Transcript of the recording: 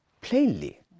plainly